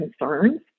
concerns